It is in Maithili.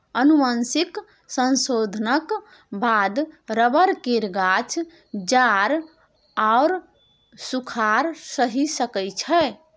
आनुवंशिक संशोधनक बाद रबर केर गाछ जाड़ आओर सूखाड़ सहि सकै छै